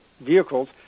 vehicles